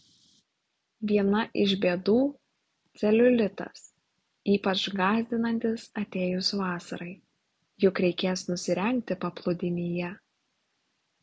viena iš bėdų celiulitas ypač gąsdinantis atėjus vasarai juk reikės nusirengti paplūdimyje